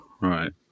Right